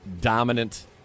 Dominant